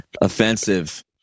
offensive